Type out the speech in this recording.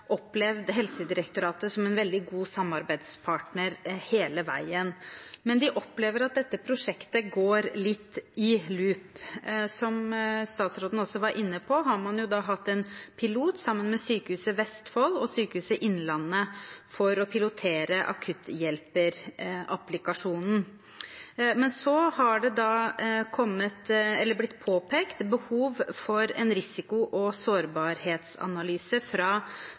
Helsedirektoratet som en veldig god samarbeidspartner hele veien. Men de opplever at dette prosjektet går litt i loop. Som statsråden var inne på, har man hatt en pilot sammen med Sykehuset i Vestfold og Sykehuset Innlandet for å pilotere akutthjelperapplikasjonen, men så har det blitt påpekt behov for en risiko- og sårbarhetsanalyse fra